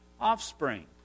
offspring